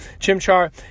Chimchar